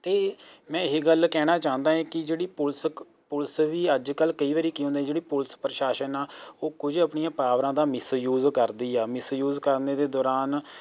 ਅਤੇ ਮੈਂ ਇਹ ਗੱਲ ਕਹਿਣਾ ਚਾਉਂਦਾ ਹੈ ਕਿ ਜਿਹੜੀ ਪੁਲਿਸ ਕ ਪੁਲਿਸ ਵੀ ਅੱਜ ਕੱਲ੍ਹ ਕਈ ਵਾਰੀ ਕੀ ਹੁੰਦਾ ਹੈ ਜਿਹੜੀ ਪੁਲਿਸ ਪ੍ਰਸ਼ਾਸਨ ਹੈ ਉਹ ਕੁਝ ਆਪਣੀਆਂ ਪਾਵਰਾਂ ਦਾ ਮਿਸਯੂਜ਼ ਕਰਦੀ ਹਾਂ ਮਿਸਯੂਸ ਕਰਨ ਦੇ ਦੌਰਾਨ